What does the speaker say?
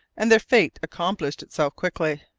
and their fate accomplished itself quickly.